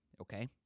okay